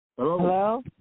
Hello